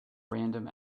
random